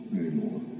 anymore